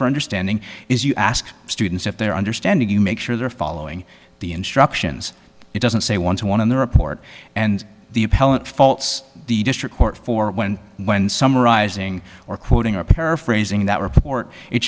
for understanding is you ask students if they are understanding you make sure they're following the instructions it doesn't say one to one of the report and the appellant faults the district court for when when summarizing or quoting are paraphrasing that report it